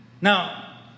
Now